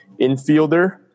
infielder